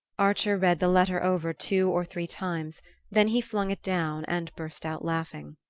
archer read the letter over two or three times then he flung it down and burst out laughing.